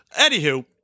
Anywho